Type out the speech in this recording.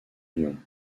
lyon